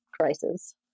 crisis